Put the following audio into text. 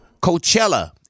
Coachella